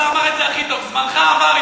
השר אמר את זה הכי טוב: זמנך עבר,